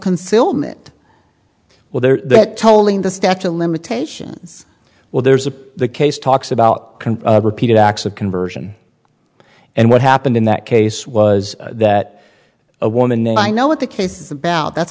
concealment well they're tolling the statue of limitations well there's a the case talks about repeated acts of conversion and what happened in that case was that a woman and i know what the case is about that's